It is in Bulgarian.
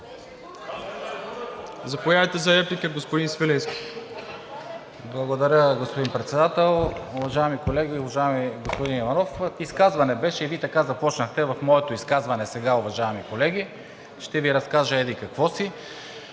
Заповядайте за реплика, господин Свиленски.